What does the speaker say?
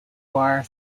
noir